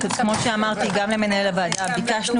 כפי שאמרתי גם למנהל הוועדה - ביקשנו